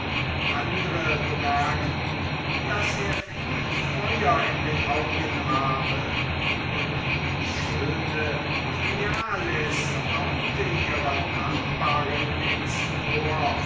andre bemerkten daß er viel feuer in den augen habe und die schöne thryallis raunte ihrer nachbarin ins ohr